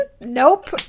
Nope